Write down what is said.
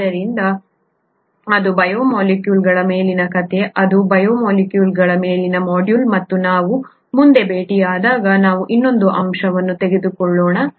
ಆದ್ದರಿಂದ ಅದು ಬಯೋಮಾಲಿಕ್ಯೂಲ್ಗಳ ಮೇಲಿನ ಕಥೆ ಅದು ಬಯೋಮಾಲಿಕ್ಯೂಲ್ಗಳ ಮೇಲಿನ ಮಾಡ್ಯೂಲ್ ಮತ್ತು ನಾವು ಮುಂದೆ ಭೇಟಿಯಾದಾಗ ನಾವು ಇನ್ನೊಂದು ಅಂಶವನ್ನು ತೆಗೆದುಕೊಳ್ಳುತ್ತೇವೆ